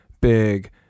big